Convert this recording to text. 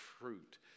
fruit